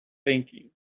thinking